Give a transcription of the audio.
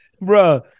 Bro